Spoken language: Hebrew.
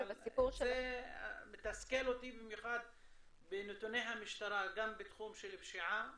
זה מתסכל אותי במיוחד בנתוני המשטרה גם בתחום של פשיעה ואלימות,